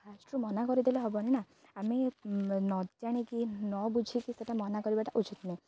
ଫାଷ୍ଟ୍ରୁ ମନା କରିଦେଲେ ହେବନି ନା ଆମେ ନ ଜାଣିକି ନ ବୁଝିକି ସେଇଟା ମନା କରିବାଟା ଉଚିତ୍ ନୁହେଁ